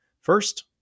First